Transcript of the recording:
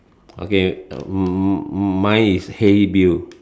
okay m~ mine is hey Bill